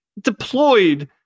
deployed